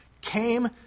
came